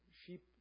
sheep